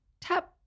Tap